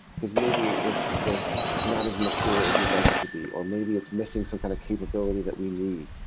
because maybe it's it's not as mature as you'd like it to be, or maybe it's missing some kind of capability that we need,